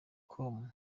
com